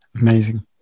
Amazing